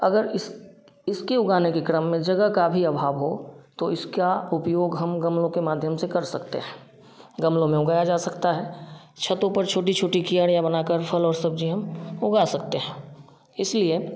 अगर इस इसके उगाने की क्रम में जगह का भी अभाव हो तो इसका उपयोग हम गमलो के माध्यम से कर सकते है गमलो में उगाया जा सकता है छतो पर छोटी छोटी क्यारियाँ बना कर फ़ल और सब्जी हम उगा सकते हैं इसलिए